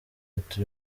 ati